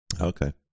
Okay